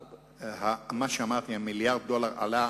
מה שאמרתי: המיליארד דולר עלה,